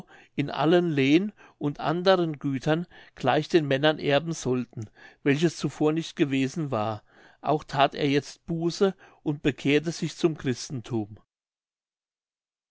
in allen lehn und anderen gütern gleich den männern erben sollten welches zuvor nicht gewesen war auch that er jetzt buße und bekehrte sich zum christentum